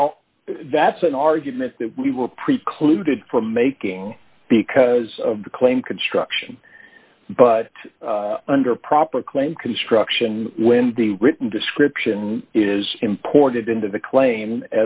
well that's an argument that we were precluded from making because of the claim construction but under proper claim construction when the written description is imported into the cla